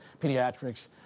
Pediatrics